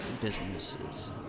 businesses